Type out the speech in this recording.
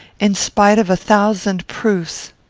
in spite of a thousand proofs.